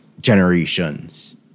generations